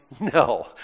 No